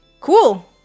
cool